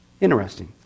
Interesting